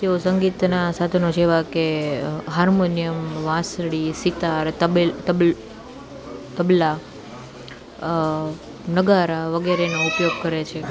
તેઓ સંગીતનાં સાધનો જેવાં કે હાર્મોન્યમ વાંસળી સિતાર તબલાં નગારા વગેરેનો ઉપયોગ કરે છે